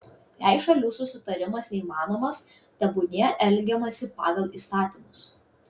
jei šalių susitarimas neįmanomas tebūnie elgiamasi pagal įstatymus